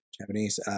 Japanese